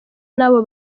n’abo